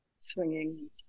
swinging